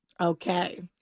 Okay